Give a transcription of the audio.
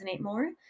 more